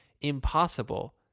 impossible